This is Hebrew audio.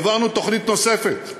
העברנו תוכנית נוספת,